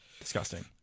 disgusting